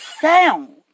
sound